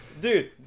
Dude